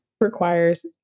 requires